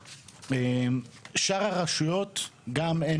שאר הרשויות גם אין,